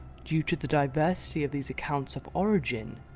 due to the diversity of these accounts of origin,